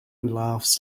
laughs